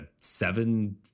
seven